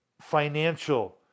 financial